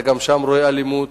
אתה גם שם רואה אלימות.